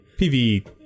PV